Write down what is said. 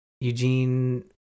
Eugene